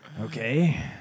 Okay